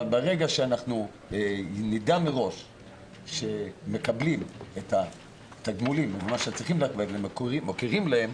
אבל ברגע שאנחנו נדע מראש שמקבלים את התגמולים ומוקירים אותם,